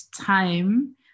time